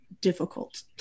difficult